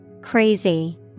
Crazy